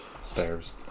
Stairs